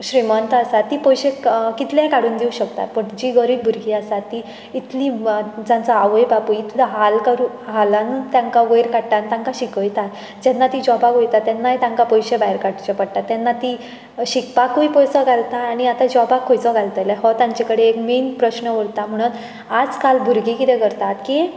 श्रिमंत आसा ती पयशे क कितलेय काडून दिवंक शकतात बट जीं गरीब भुरगीं आसात तीं इतलीं जांचा आवय बापूय इतलो हाल करू हालान तांकां वयर काडटा आन तांकां शिकयता जेन्ना तीं जॉबाक वयता तेन्नाय तांकां पयशे भायर काडचे पडटा तेन्ना तीं शिकपाकूय पयसो घालता आनी आतां जॉबाक खंयचो घालतले हो तांचे कडेन एक मेन प्रश्न उरता म्हुणून आजकाल भुरगीं कितें करतात की